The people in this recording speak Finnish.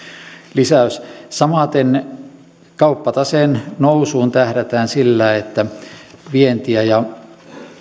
lisäys samaten kauppataseen nousuun tähdätään sillä että vientiä ja